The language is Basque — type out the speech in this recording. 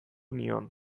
nion